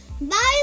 Bye